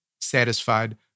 satisfied